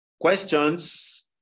Questions